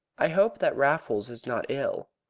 i hope that raffles is not ill.